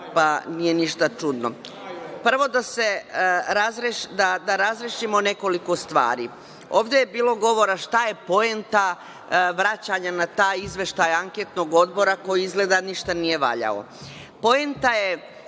pa nije ništa čudno. Prvo da se razrešimo nekoliko stvari. Ovde je bilo govora šta je poenta vraćanja na taj izveštaj Anketnog odbora koji izgleda ništa nije valjao.